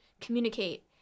communicate